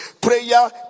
Prayer